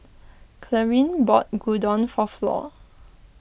Clarine bought Gyudon for Flor